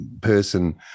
person